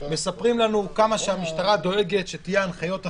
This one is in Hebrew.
מספרים לנו כמה המשטרה דואגת שיהיו הנחיות אחידות,